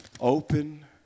open